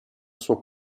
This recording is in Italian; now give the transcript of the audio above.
suo